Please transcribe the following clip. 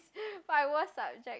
my worst subject